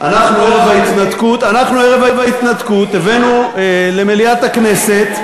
אנחנו ערב ההתנתקות הבאנו למליאת הכנסת,